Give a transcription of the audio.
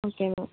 okay ma'am